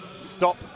stop